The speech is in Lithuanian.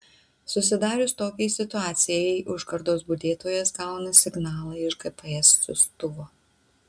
susidarius tokiai situacijai užkardos budėtojas gauna signalą iš gps siųstuvo